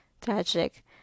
tragic